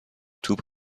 توپ